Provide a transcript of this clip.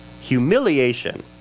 Humiliation